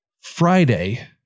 Friday